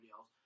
else